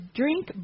drink